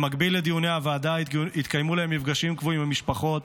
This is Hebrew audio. במקביל לדיוני הוועדה התקיימו להם מפגשים קבועים עם המשפחות,